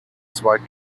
zwei